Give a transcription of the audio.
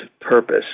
purpose